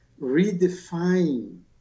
redefine